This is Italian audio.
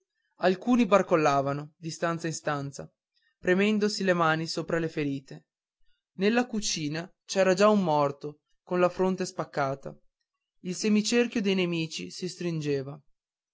barcollavano di stanza in stanza premendosi le mani sopra le ferite nella cucina c'era già un morto con la fronte spaccata il semicerchio dei nemici si stringeva